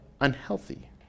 unhealthy